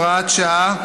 הוראת שעה),